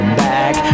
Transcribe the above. back